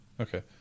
Okay